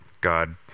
God